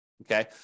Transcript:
Okay